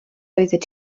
oeddet